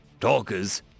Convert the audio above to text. Talkers